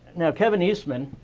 now kevin eastman